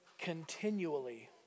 continually